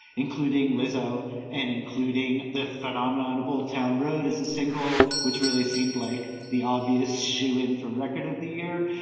including loizzo and including this phenomenon of old town road is a single which really seemed like the obvious shoo in for record of the year.